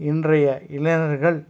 இன்றைய இளைஞர்கள்